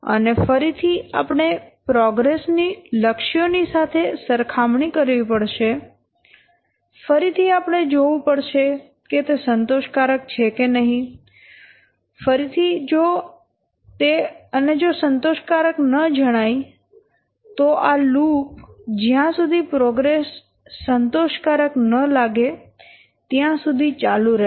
અને ફરીથી આપણે પ્રોગ્રેસ ની લક્ષ્યો ની સાથે સરખામણી કરવી પડશે ફરીથી આપણે જોવું પડશે કે તે સંતોષકારક છે કે નહીં ફરીથી જો તે અને જો સંતોષકારક ન જણાય તો આ લૂપ જયાં સુધી પ્રોગ્રેસ સંતોષકારક ન લાગે ત્યાં સુધી ચાલુ રહેશે